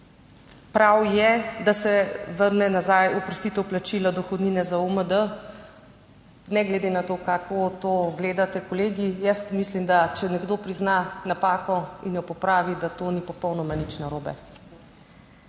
Prav je, da se vrne nazaj oprostitev plačila dohodnine za OMD, ne glede na to, kako to gledate, kolegi, jaz mislim, da če nekdo prizna napako in jo popravi, da to ni popolnoma nič narobe.